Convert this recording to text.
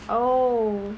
oh